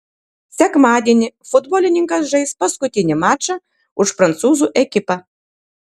sekmadienį futbolininkas žais paskutinį mačą už prancūzų ekipą